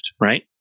Right